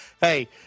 Hey